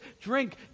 drink